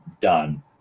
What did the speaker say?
done